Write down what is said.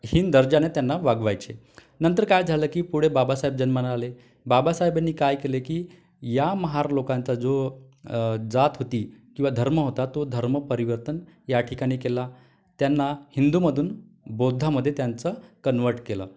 हीन दर्जाने त्यांना वागवायचे नंतर काय झालं की पुढे बाबासाहेब जन्माला आले बाबासाहेबांनी काय केलं की या महार लोकांचा जो जात होती किंवा धर्म होता तो धर्म परिवर्तन या ठिकाणी केला त्यांना हिंदूमधून बौद्धामध्ये त्यांचं कन्व्हर्ट केलं